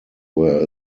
were